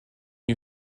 you